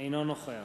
אינו נוכח